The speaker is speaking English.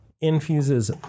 infuses